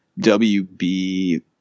WB